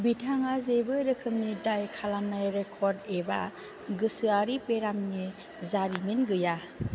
बिथाङा जेबो रोखोमनि दाय खालामनाय रेकर्ड एबा गोसोआरि बेरामनि जारिमिन गैया